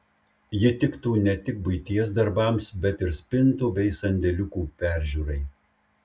ji tiktų ne tik buities darbams bet ir spintų bei sandėliukų peržiūrai